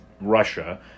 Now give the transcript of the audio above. Russia